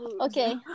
Okay